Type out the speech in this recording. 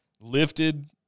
lifted